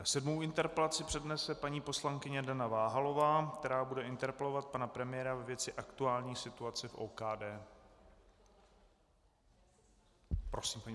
Sedmou interpelaci přednese paní poslankyně Dana Váhalová, která bude interpelovat pana premiéra ve věci aktuální situace v OKD.